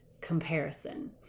comparison